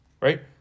right